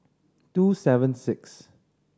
two seven six